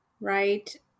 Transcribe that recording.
right